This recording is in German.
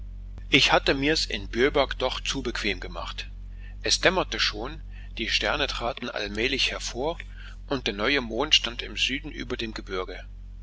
ich hatte mir's in bjöberg doch zu bequem gemacht es dämmerte schon die sterne traten allmählich hervor und der neue mond stand im süden über dem gebirge